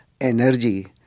energy